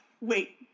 Wait